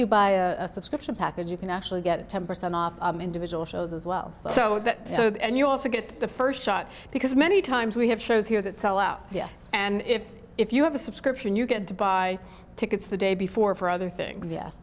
you buy a subscription package you can actually get ten percent off individual shows as well so that so that and you also get the first shot because many times we have shows here that sell out yes and if if you have a subscription you get to buy tickets the day before for other things yes